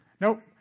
nope